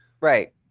Right